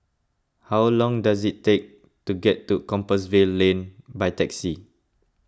how long does it take to get to Compassvale Lane by taxi